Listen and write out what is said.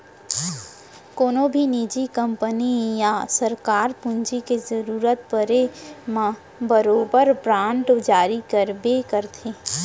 कोनों भी निजी कंपनी या सरकार पूंजी के जरूरत परे म बरोबर बांड जारी करबे करथे